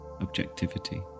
objectivity